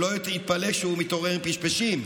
שלא יתפלא שהוא מתעורר פשפשים.